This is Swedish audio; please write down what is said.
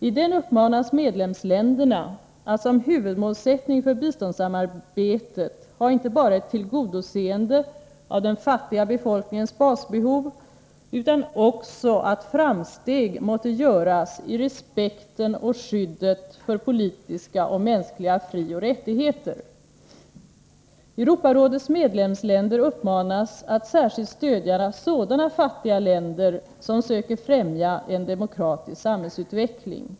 I den uppmanas medlemsländerna att som huvudmålsättning för biståndssamarbetet ha inte bara ett tillgodoseende av den fattiga befolkningens basbehov utan också att framsteg måtte görasi respekten och skyddet för politiska och mänskliga frioch rättigheter. Europarådets medlemsländer uppmanas att särskilt stödja sådana fattiga länder som söker främja en demokratisk samhällsutveckling.